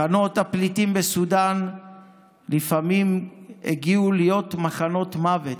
מחנות הפליטים בסודאן לפעמים הפכו להיות מחנות מוות,